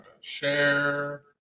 Share